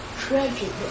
tragic